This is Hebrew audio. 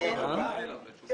יועצים ומחשבים יש במשהו אחר.